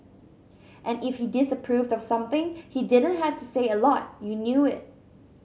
and if he disapproved of something he didn't have to say a lot you knew it